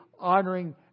honoring